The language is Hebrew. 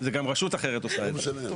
זה גם רשות אחרת שעושה את זה.